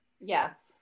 Yes